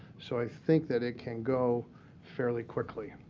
so i think that it can go fairly quickly.